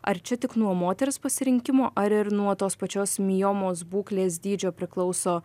ar čia tik nuo moters pasirinkimo ar ir nuo tos pačios miomos būklės dydžio priklauso